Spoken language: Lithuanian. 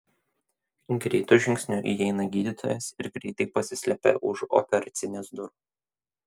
greitu žingsniu įeina gydytojas ir greitai pasislepia už operacinės durų